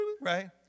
Right